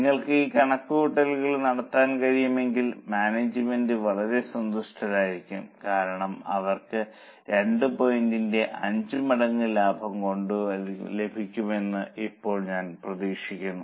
നിങ്ങൾക്ക് ഈ കണക്കുകൂട്ടൽ നടത്താൻ കഴിയുമെങ്കിൽ മാനേജ്മെന്റ് വളരെ സന്തുഷ്ടരായിരിക്കും കാരണം അവർക്ക് 2 പോയിന്റിന്റെ 5 മടങ്ങ് ലാഭം ലഭിക്കുമെന്ന് ഇപ്പോൾ ഞാൻ പ്രതീക്ഷിക്കുന്നു